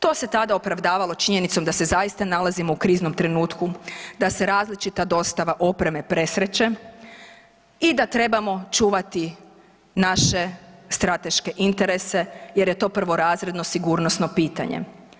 To se tada opravdavalo činjenicom da se zaista nalazimo u kriznom trenutku, da se različita dostava opreme presreće i da trebamo čuvati naše strateške interese jer je to prvorazredno sigurnosno pitanje.